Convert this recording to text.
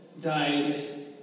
died